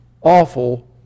awful